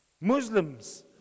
Muslims